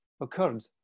occurred